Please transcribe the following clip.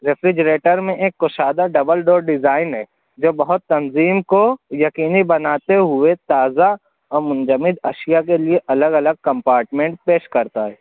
refrigerator میں ایک کشادہ ڈبل ڈور ڈیزائین ہے جو بہت تنظیم کو یقینی بناتے ہوئے تازہ اور منجمد اشیا کے لیے الگ الگ کمپارٹمینٹ پیش کرتا ہے